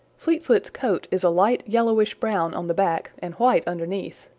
fleetfoot's coat is a light yellowish-brown on the back and white underneath.